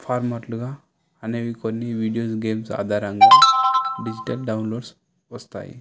ఫార్మాట్లుగా అనేవి కొన్ని videos games ఆధారంగా డిజిటల్ డౌన్లోడ్స్ వస్తాయి